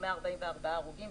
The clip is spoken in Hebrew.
144 הרוגים,